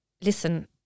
listen